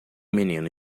menino